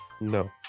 no